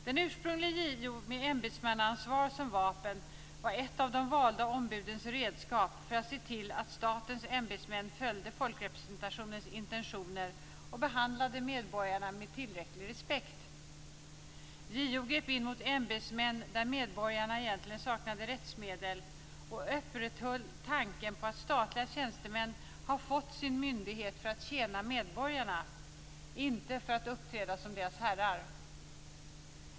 Den ursprunglige JO med ämbetsmannaansvar som vapen var ett av de valda ombudens redskap för att se till att statens ämbetsmän följde folkrepresentationens intentioner och behandlade medborgarna med tillräcklig respekt. JO grep in mot ämbetsmän där medborgarna egentligen saknade rättsmedel och upprätthöll tanken på att statliga tjänstemän har fått sin myndighet för att tjäna medborgarna, inte för att uppträda som deras herrar.